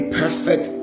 perfect